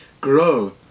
grow